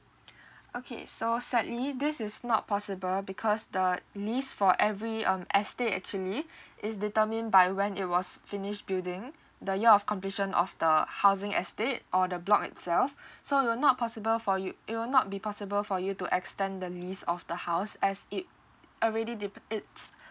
okay so sadly this is not possible because the lease for every um estate actually is determined by when it was finish building the year of completion of the housing estate or the block itself so it'll not possible for yo~ it will not be possible for you to extend the lease of the house as it already de~ it's